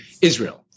Israel